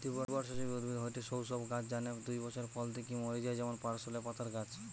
দ্বিবর্ষজীবী উদ্ভিদ হয়ঠে সৌ সব গাছ যানে দুই বছর ফল দিকি মরি যায় যেমন পার্সলে পাতার গাছ